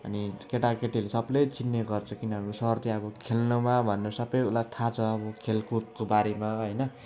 अनि केटाकेटीहरूले सबले चिन्ने गर्छ किनभने सर चाहिँ अब खेल्नुमा भन्दा सबै उसलाई थाहा छ अब खेलकुदको बारेमा होइन